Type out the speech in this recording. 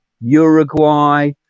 Uruguay